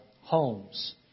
homes